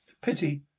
Pity